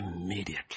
Immediately